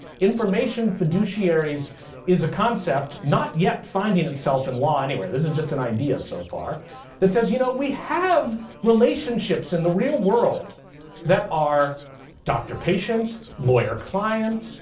information fiduciaries is a concept not yet finding itself in law anywhere. this is just an idea so far that says, you know we have relationships in the real world that are doctor patient, lawyer client,